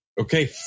okay